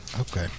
okay